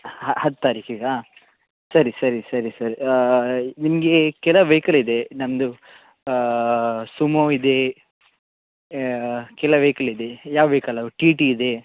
ಹ ಹತ್ತು ತಾರೀಕಿಗ ಸರಿ ಸರಿ ಸರಿ ಸರಿ ನಿಮಗೆ ಕೆಲವು ವೆಯ್ಕಲ್ ಇದೆ ನಮ್ದು ಸುಮೋ ಇದೆ ಕೆಲವು ವೆಯ್ಕಲ್ ಇದೆ ಯಾವ ವೆಯ್ಕಲ್ ಆಗ್ಬೋದು ಟಿ ಟಿ ಇದೆ